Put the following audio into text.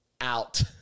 out